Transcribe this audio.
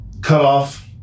cutoff